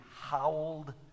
howled